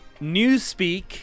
Newspeak